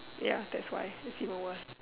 ya that's why it's even worse